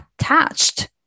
attached